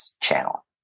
channel